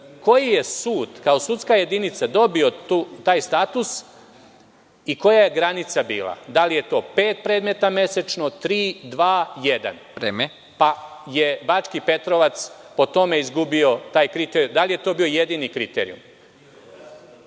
koji je sud kao sudska jedinica dobio taj status i koja je granica bila? Da li je to pet predmeta mesečno, tri, dva, jedan, pa je Bački Petrovac po tome izgubio kriterijum? Da li je to bio jedini kriterijum?